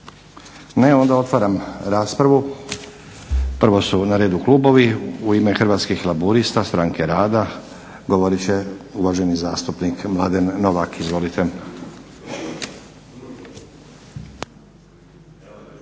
Ne. Onda otvaram raspravu. Prvo su na redu klubovi. U ime Hrvatskih laburista – stranke rada govorit će uvaženi zastupnik Mladen Novak. Izvolite.